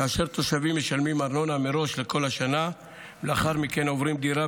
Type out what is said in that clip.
כאשר תושבים משלמים ארנונה מראש לכל השנה ולאחר מכן עוברים דירה,